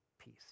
peace